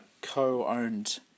co-owned